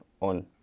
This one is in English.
on